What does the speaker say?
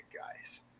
guys